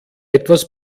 etwas